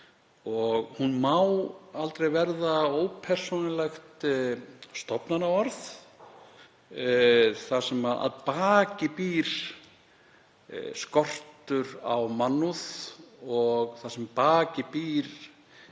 Hún má aldrei verða ópersónulegt stofnanaorð þar sem að baki býr skortur á mannúð og þar sem að baki býr